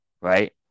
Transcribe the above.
right